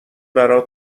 برات